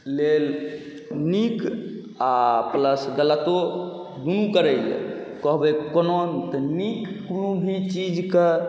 लेल नीक आओर प्लस गलतो दुनू करैए कहबै कोना तऽ नीक कोनो भी चीजके